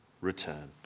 return